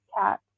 cat